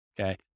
Okay